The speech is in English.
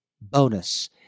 Bonus